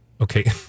okay